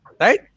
right